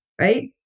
right